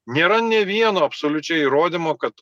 nėra nė vieno absoliučiai įrodymo kad